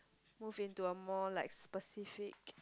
move into a more like specific